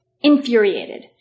infuriated